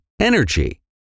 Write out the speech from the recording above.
energy